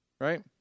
right